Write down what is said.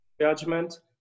judgment